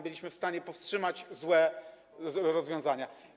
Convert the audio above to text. Byliśmy w stanie powstrzymać złe rozwiązania.